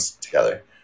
together